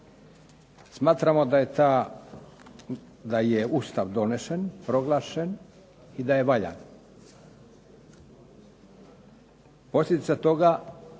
Smatramo da je Ustav donešen, proglašen i da je valjan. Posljedica toga